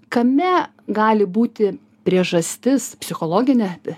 kame gali būti priežastis psichologinė